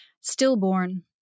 stillborn